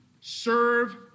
serve